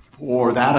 for that